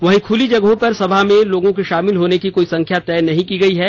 वहां खुली जगहों पर सभा में लोगों के शामिल होने की कोई संख्या तय नहीं की गई है